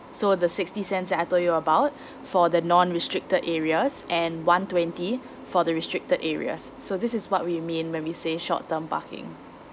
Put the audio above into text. so the sixty cents that I told you about for the non restricted areas and one twenty for the restricted areas so this is what we mean when we say short term parking